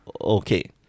Okay